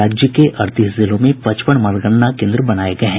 राज्य के अड़तीस जिलों में पचपन मतगणना केन्द्र बनाए गए हैं